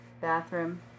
bathroom